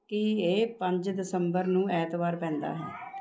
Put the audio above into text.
ਕੀ ਇਹ ਪੰਜ ਦਸੰਬਰ ਨੂੰ ਐਤਵਾਰ ਪੈਂਦਾ ਹੈ